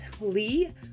lee